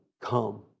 come